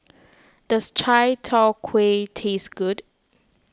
does Chai Tow Kuay taste good